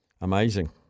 Amazing